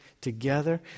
together